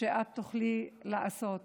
שאת תוכלי לעשות,